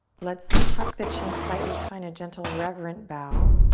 let's tuck the chin slightly, just find a gentle, reverent bow.